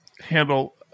handle